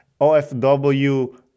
OFW